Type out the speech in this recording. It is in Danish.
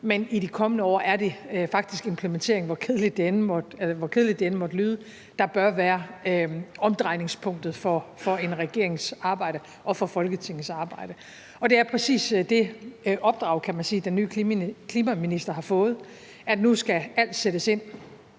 men i de kommende år er det faktisk implementeringen, hvor kedeligt det end måtte lyde, der bør være omdrejningspunktet for en regerings arbejde og for Folketingets arbejde. Det er præcis det opdrag, den nye klimaminister har fået, nemlig at nu skal alt sættes ind